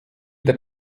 der